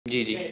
जी जी